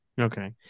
Okay